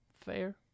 fair